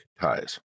ties